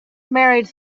married